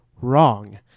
wrong